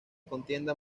contienda